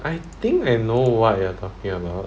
I think and know what you are talking about